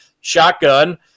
shotgun